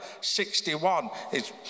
61